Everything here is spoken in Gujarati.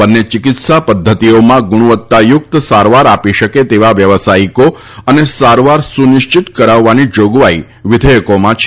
બંને ચિકિત્સા પધ્ધતિઓમાં ગુણાવત્તાયુક્ત સારવાર આપી શકે તેવા વ્યવસાયિકો અને સારવાર સુનિશ્ચિત કરાવવાની જોગવાઈ વિધેયકોમાં છે